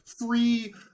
free